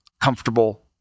comfortable